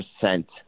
percent